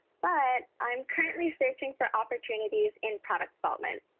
but i'm currently searching for opportunities in product development.